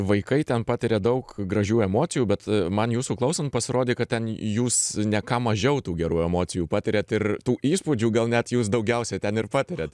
vaikai ten patiria daug gražių emocijų bet man jūsų klausant pasirodė kad ten jūs ne ką mažiau tų gerų emocijų patiriat ir tų įspūdžių gal net jūs daugiausiai ten ir patiriat